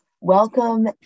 Welcome